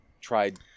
tried